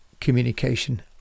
communication